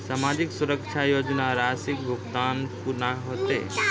समाजिक सुरक्षा योजना राशिक भुगतान कूना हेतै?